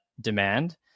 demand